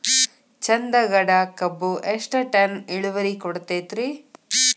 ಚಂದಗಡ ಕಬ್ಬು ಎಷ್ಟ ಟನ್ ಇಳುವರಿ ಕೊಡತೇತ್ರಿ?